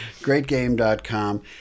Greatgame.com